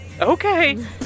Okay